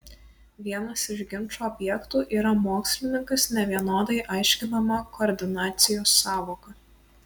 vienas iš ginčo objektų yra mokslininkas nevienodai aiškinama koordinacijos sąvoka